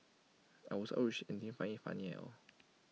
I was outraged and didn't find IT funny at all